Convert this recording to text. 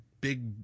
big